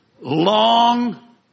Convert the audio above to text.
long